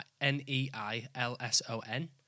N-E-I-L-S-O-N